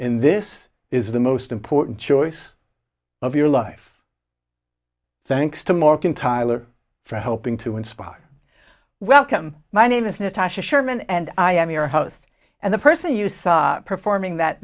in this is the most important choice of your life thanks to mark in tyler for helping to inspire welcome my name is natasha sherman and i am your host and the person you saw performing that